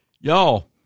Y'all